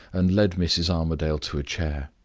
and led mrs. armadale to a chair.